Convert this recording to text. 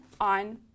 on